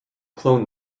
clone